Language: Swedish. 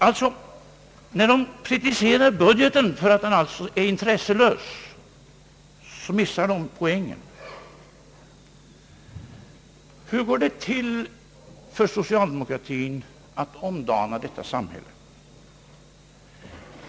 Men när man kritiserar budgeten för att den är intresselös missar man poängen. Hur går det till för socialdemokratin att omdana detta samhälle?